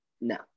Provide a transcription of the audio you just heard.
no